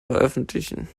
veröffentlichen